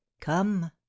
come